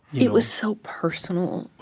it was so personal,